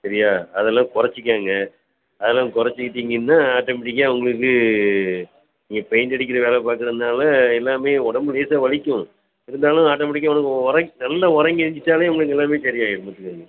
சரியா அதெல்லாம் குறச்சிக்கங்க அதெல்லாம் குறச்சிக்கிட்டிங்கன்னா ஆட்டோமேட்டிக்காக உங்களுக்கு நீங்கள் பெயிண்ட் அடிக்கிற வேலை பார்க்கறனால எல்லாமே உடம்பு லேசாக வலிக்கும் இருந்தாலும் ஆட்டோமேட்டிக்காக வந்து உறங் நல்லா உறங்கி எந்திரிச்சுட்டாலே உங்களுக்கு எல்லாமே சரியாகிடும் பார்த்துக்கோங்க